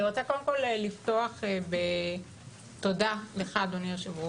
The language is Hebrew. אני רוצה קודם כל לפתוח בתודה לך אדוני היו"ר